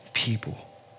People